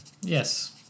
Yes